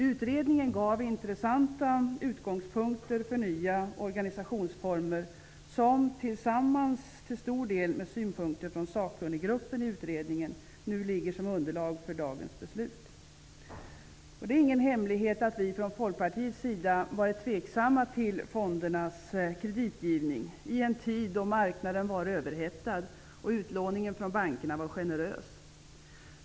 Utredningen gav intressanta utgångspunkter för nya organisationsformer som till stor del tillsammans med synpunkter från sakkunniggruppen i utredningen nu ligger som underlag för dagens beslut. Det är ingen hemlighet att vi från Folkpartiets sida hyste tvivel till fondernas kreditgivning i en tid då marknaden var överhettad och utlåningen från bankerna var generös.